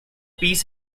piece